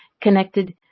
connected